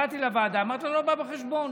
ואמרתי: לא בא בחשבון,